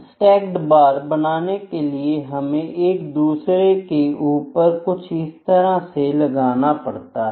stacked bar बनाने के लिए हमें एक दूसरे के ऊपर कुछ इस तरह लगाना पड़ता है